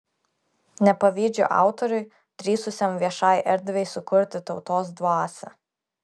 nepavydžiu autoriui drįsusiam viešai erdvei sukurti tautos dvasią